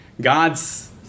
God's